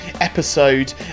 episode